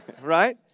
right